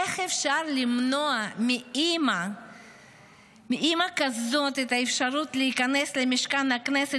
איך אפשר למנוע מאימא כזאת את האפשרות להיכנס למשכן הכנסת,